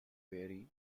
wary